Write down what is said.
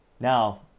now